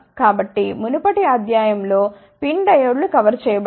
కాబట్టి మునుపటి అధ్యాయం లో PIN డయోడ్ లు కవర్ చేయబడ్డాయి